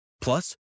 Plus